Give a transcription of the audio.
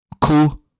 Cool